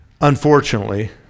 unfortunately